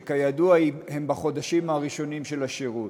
שכידוע היא בחודשים הראשונים של השירות.